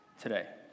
today